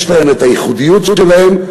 יש להן הייחודיות שלהן,